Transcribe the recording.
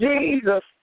Jesus